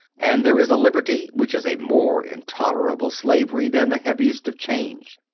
and there is a liberty which is a more intolerable slavery than the heaviest of chains.